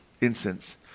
incense